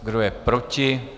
Kdo je proti?